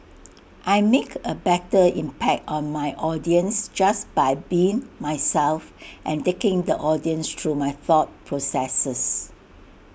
I make A better impact on my audience just by being myself and taking the audience through my thought processes